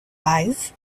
eyes